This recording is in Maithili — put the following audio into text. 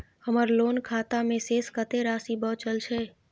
हमर लोन खाता मे शेस कत्ते राशि बचल छै?